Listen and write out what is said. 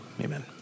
amen